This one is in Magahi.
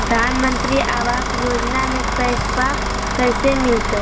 प्रधानमंत्री आवास योजना में पैसबा कैसे मिलते?